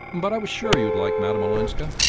but i was sure you'd like madame olenska.